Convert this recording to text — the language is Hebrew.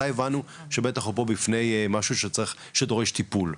מתי הבנו שעומד בפנינו משהו שדורש טיפול,